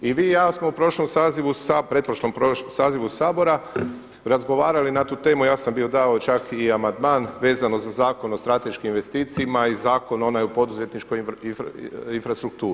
I vi i ja smo u prošlom sazivu, pretprošlom sazivu Sabora razgovarali na tu temu, ja sam bio dao čak i amandman vezano za Zakon o strateškim investicijama i Zakon onaj o poduzetničkoj infrastrukturi.